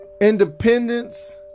Independence